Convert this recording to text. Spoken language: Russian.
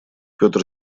петр